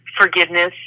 forgiveness